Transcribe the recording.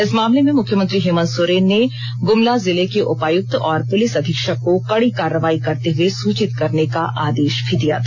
इस मामले में मुख्यमंत्री हेमंत सोरेन ने गुमला जिले को उपायुक्त और पुलिस अधीक्षक को कड़ी कार्रवाई करते हुए सूचित करने का आदेश भी दिया था